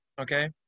okay